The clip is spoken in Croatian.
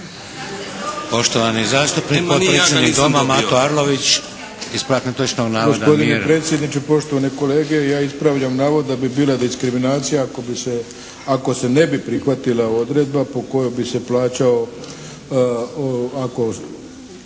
Poštovani zastupnik, potpredsjednik Doma, Mato Arlović, ispravak netočnog navoda. Mir. **Arlović, Mato (SDP)** Gospodine predsjedniče, poštovane kolege. Ja ispravljam navod da bi bila diskriminacija ako se ne bi prihvatila odredba po kojoj bi se plaćao ako korisnici